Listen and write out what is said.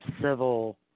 civil